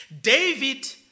David